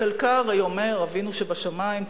בחלקה הרי אומר: "אבינו שבשמים,